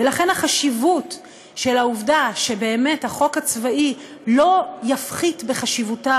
ולכן לעובדה שבאמת החוק הצבאי לא יפחית בחשיבותה